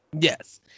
yes